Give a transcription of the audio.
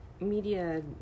media